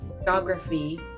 geography